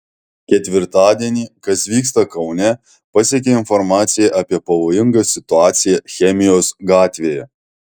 ketvirtadienį kas vyksta kaune pasiekė informacija apie pavojingą situaciją chemijos gatvėje